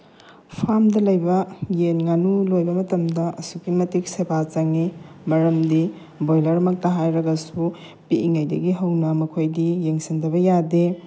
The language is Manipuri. ꯐꯥꯝꯗ ꯂꯩꯕ ꯌꯦꯟ ꯉꯥꯅꯨ ꯂꯣꯏꯕ ꯃꯇꯝꯗ ꯑꯁꯨꯛꯀꯤ ꯃꯇꯤꯛ ꯁꯦꯕ ꯆꯪꯉꯤ ꯃꯔꯝꯗꯤ ꯕꯣꯏꯂꯔꯃꯛꯇ ꯍꯥꯏꯔꯒꯁꯨ ꯄꯤꯛꯏꯉꯩꯗꯒꯤ ꯍꯧꯅ ꯃꯈꯣꯏꯗꯤ ꯌꯦꯡꯁꯤꯟꯗꯕ ꯌꯥꯗꯦ